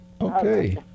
Okay